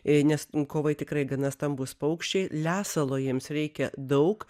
ir nes kovai tikrai gana stambūs paukščiai lesalo jiems reikia daug